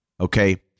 okay